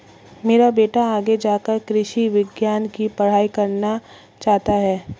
मेरा बेटा आगे जाकर कृषि विज्ञान की पढ़ाई करना चाहता हैं